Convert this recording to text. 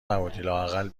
نبودی٬لااقل